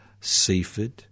Seaford